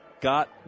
got